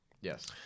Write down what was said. Yes